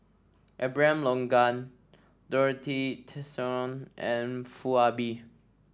Abraham Logan Dorothy Tessensohn and Foo Ah Bee